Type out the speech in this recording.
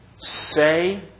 Say